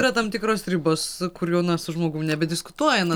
yra tam tikros ribos kur jau na su žmogum nebediskutuoji na